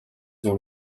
dont